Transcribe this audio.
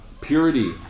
purity